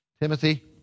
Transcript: Timothy